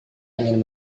ingin